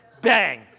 Bang